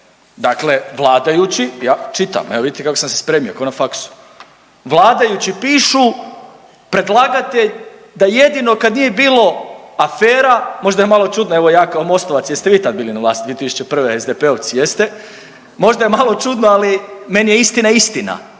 dakle vladajući, ja čitam, evo vidite kako sam se spremio, ko na faksu, vladajući pišu predlagatelj da jedino kad nije bilo afera, možda je malo čudno, evo ja kao Mostovac, jeste vi tad bili na vlasti 2001. SDP-ovci, jeste, možda je malo čudno, ali meni je istina istina,